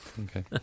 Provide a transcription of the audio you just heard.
Okay